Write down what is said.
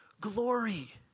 glory